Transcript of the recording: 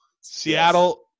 Seattle